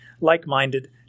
like-minded